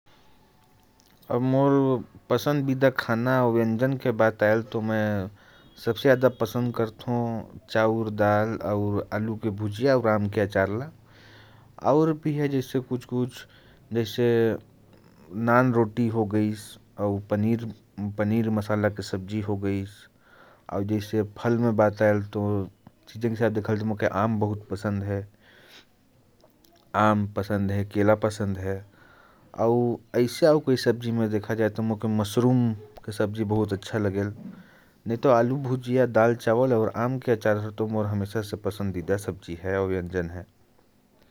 मोर पसंदीदा खाना के बात आइस तो, मोर सबसे पसंदीदा सब्जी दाल, चावल, आलू के भुजिया और आम के आचार है। और देखल जाए तो नान, रोटी, पनीर के सब्जी और मौके पर मशरूम भी बहुत अच्छा लगेल।